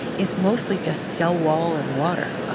it's mostly just cell wall and water.